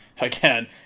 again